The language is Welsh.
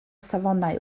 safonau